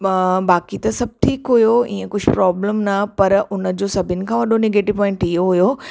बाक़ी त सभु ठीक हुओ इअं कुझु प्रॉब्लम न पर हुनजो सभिनी खां वॾो नेगेटिव पॉइंट इहो हुओ